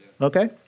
Okay